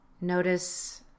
Notice